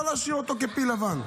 לא להשאיר אותו כפיל לבן,